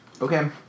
Okay